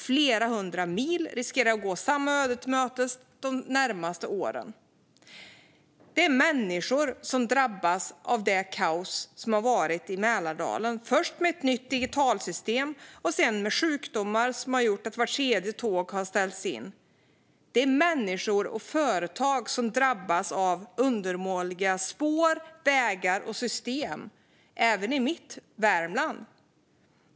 Flera hundra mil riskerar att gå samma öde till mötes de närmaste åren. Människor drabbas av kaoset i Mälardalen, först på grund av ett nytt digitalsystem och sedan på grund av sjukdom som har gjort att vart tredje tåg ställts in. Människor och företag drabbas av undermåliga spår, vägar och system, även i mitt Värmland.